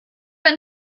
ein